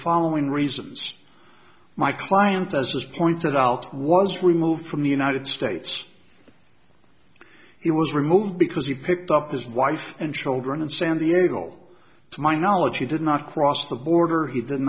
following reasons my client as is pointed out was removed from the united states he was removed because he picked up his wife and children in san diego to my knowledge he did not cross the border he did